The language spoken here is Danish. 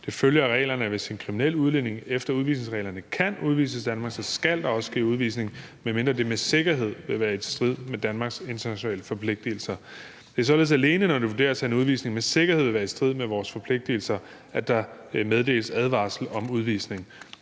Det følger af reglerne, at hvis en kriminel udlænding efter udvisningsreglerne kan udvises af Danmark, skal der også ske udvisning, medmindre det med sikkerhed vil være i strid med Danmarks internationale forpligtelser. Det er således alene, når det vurderes, at en udvisning med sikkerhed vil være i strid med vores forpligtelser, at der meddeles advarsel om udvisning.